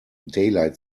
daylight